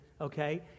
okay